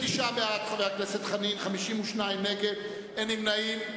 29 בעד, חבר הכנסת חנין, 52 נגד, אין נמנעים.